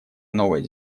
новой